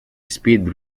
speed